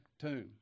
tomb